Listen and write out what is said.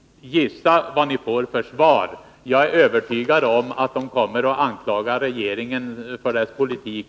Gissa vad ni får för svar! Jag är övertygad om att man mycket hårt kommer att anklaga regeringen för dess politik.